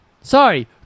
Sorry